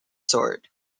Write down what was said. sword